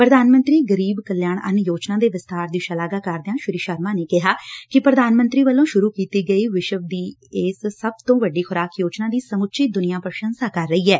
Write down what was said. ਪ੍ਰਧਾਨ ਮੰਤਰੀ ਗਰੀਬ ਕਲਿਆਣ ਅੰਨ ਯੋਜਨਾ ਦੇ ਵਿਸਬਾਰ ਦੀ ਸ਼ਲਾਘਾ ਕਰਦਿਆਂ ਸ੍ਰੀ ਸ਼ਰਮਾ ਨੇ ਕਿਹਾ ਕਿ ਪ੍ਰਧਾਨ ਮੰਤਰੀ ਵਲੋ ਸ਼ੁਰੁ ਕੀਤੀ ਗਈ ਵਿਸ਼ਵ ਦੀ ਇਸ ਸਭ ਤੋਂ ਵੱਡੀ ਖੁਰਾਕ ਯੋਜਨਾ ਦੀ ਸਮੁੱਚੀ ਦੁਨੀਆ ਪੁਸ਼ੰਸਾ ਕਰ ਰਹੀ ਐ